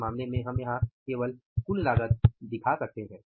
इस मामले में हम यहाँ केवल कुल लागत दिखा सकते हैं